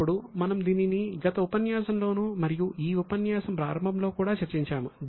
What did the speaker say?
ఇప్పుడు మనం దీనిని గత ఉపన్యాసంలోనూ మరియు ఈ ఉపన్యాసం ప్రారంభంలో కూడా చర్చించాము